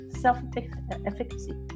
self-efficacy